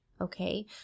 okay